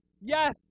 Yes